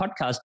podcast